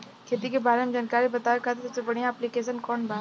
खेती के बारे में जानकारी बतावे खातिर सबसे बढ़िया ऐप्लिकेशन कौन बा?